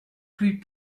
plus